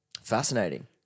Fascinating